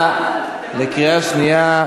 להצבעה בקריאה שנייה.